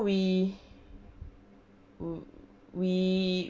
we wu we